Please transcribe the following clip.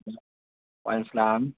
وعلیکم السلام